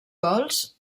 gols